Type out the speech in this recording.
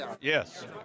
yes